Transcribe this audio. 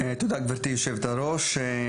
תודה גבירתי, יושבת הראש.